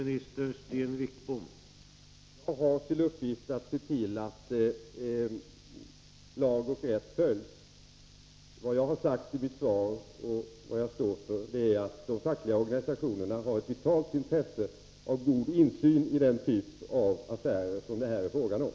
Herr talman! Jag har till uppgift att se till att lag och rätt följs. Vad jag har sagt i mitt svar — och det står jag för — är att de fackliga organisationerna har ett vitalt intresse av god insyn i den typ av affärer som det här är fråga om.